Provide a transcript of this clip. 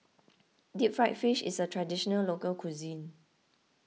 Deep Fried Fish is a Traditional Local Cuisine